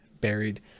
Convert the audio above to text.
buried